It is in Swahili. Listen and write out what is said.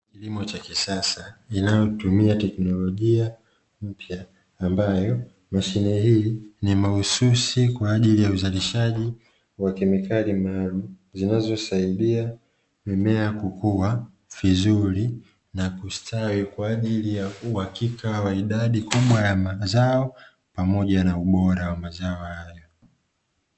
Kilimo cha kisasa inayotumia teknolojia mpya, ambayo ambayo mashine hii ni mahususi kwa ajili ya uzalishaji wa kemikali maalum, zinazosaidia mimea kukua vizuri na kustawi kwa ajili ya uhakika wa idadi kubwa ya mazao pamoja na ubora wa mazao hayo.